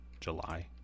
July